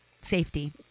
safety